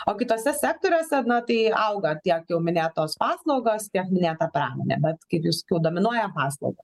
o kituose sektoriuose na tai auga tiek jau minėtos paslaugos tiek minėta pramonė bet kaip jau sakiau dominuoja paslaugos